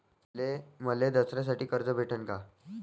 मले दसऱ्यासाठी कर्ज भेटन का?